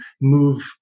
move